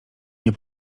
nie